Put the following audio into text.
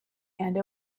and